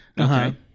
Okay